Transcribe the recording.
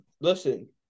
listen